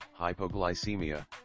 hypoglycemia